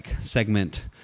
segment